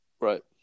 Right